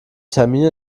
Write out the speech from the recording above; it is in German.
termine